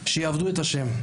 שיעבדו את השם.